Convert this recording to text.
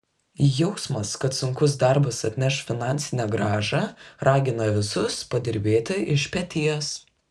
jausmas kad sunkus darbas atneš finansinę grąžą ragina visus padirbėti iš peties